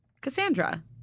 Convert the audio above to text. Cassandra